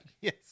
Yes